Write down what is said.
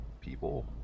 people